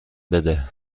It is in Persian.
بده